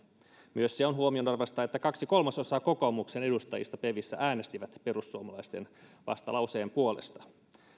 myös se on huomionarvoista että kaksi kolmasosaa kokoomuksen edustajista pevissä äänesti perussuomalaisten vastalauseen puolesta